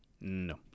No